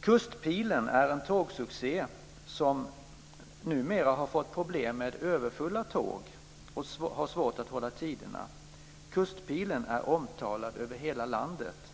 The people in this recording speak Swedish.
Kustpilen är en tågsuccé som numera har fått problem med överfulla tåg och har svårt att hålla tiderna. Kustpilen är omtalad över hela landet.